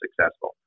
successful